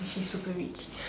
she's super rich